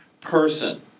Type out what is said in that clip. person